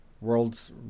world's